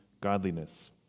godliness